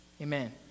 Amen